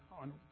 on